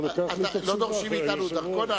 לא דורשים מאתנו דרכון?